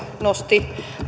nosti